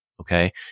Okay